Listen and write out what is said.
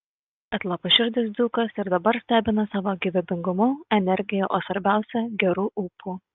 atlapaširdis dzūkas ir dabar stebina savo gyvybingumu energija o svarbiausia geru ūpu